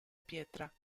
pietra